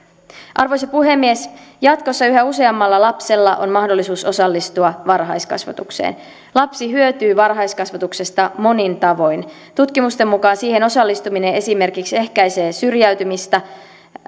arvoisa puhemies jatkossa yhä useammalla lapsella on mahdollisuus osallistua varhaiskasvatukseen lapsi hyötyy varhaiskasvatuksesta monin tavoin tutkimusten mukaan siihen osallistuminen esimerkiksi ehkäisee syrjäytymistä